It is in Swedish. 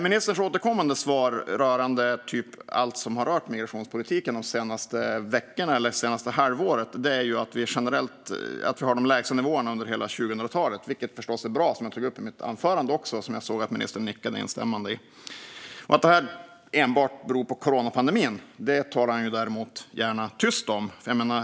Ministerns återkommande svar rörande allt som har gällt migrationspolitiken det senaste halvåret är att vi har de lägsta nivåerna under hela 2000-talet, vilket förstås är bra. Jag tog också upp det i mitt anförande, och jag såg att ministern nickade instämmande. Att detta enbart beror på coronapandemin talar han däremot gärna tyst om.